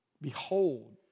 Behold